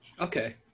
Okay